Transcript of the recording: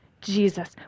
Jesus